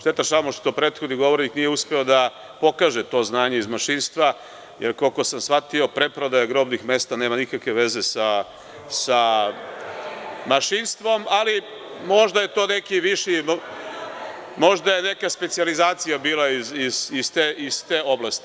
Šteta samo što prethodni govornik, nije uspeo da pokaže to znanje iz mašinstva, jer koliko sam shvatio, preprodaja grobnih mesta nema nikakve veze sa mašinstvom, ali možda je to neki viši, možda je neka specijalizacija bila iz te oblasti.